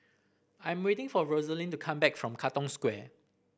I am waiting for Rosaline to come back from Katong Square